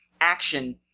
action